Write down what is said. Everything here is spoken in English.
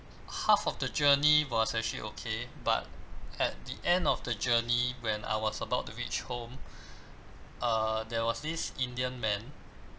half of the journey was actually okay but at the end of the journey when I was about to reach home uh there was this indian man